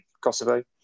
Kosovo